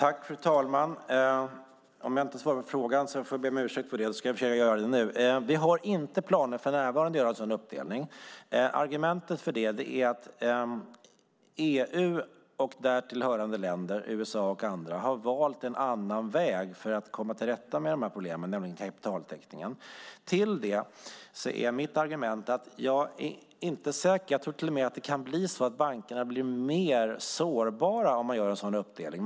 Fru talman! Om jag inte svarade på frågan ber jag om ursäkt. Jag försöker göra det nu. Vi har för närvarande inga planer på att göra en sådan uppdelning. Argumentet för det är att EU och därtill hörande länder samt USA och andra har valt en annan väg för att komma till rätta med de här problemen, nämligen kapitaltäckning. Mitt argument är att jag tror att bankerna blir mer sårbara om man gör en sådan uppdelning.